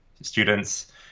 students